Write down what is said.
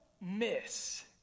miss